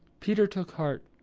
peter took heart.